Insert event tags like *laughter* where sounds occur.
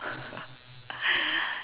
*laughs*